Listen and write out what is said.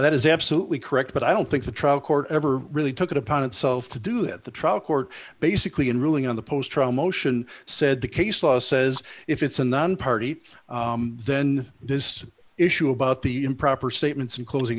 that is absolutely correct but i don't think the trial court ever really took it upon itself to do it the trial court basically in ruling on the post trial motion said the case law says if it's a nonparty then this issue about the improper statements and closing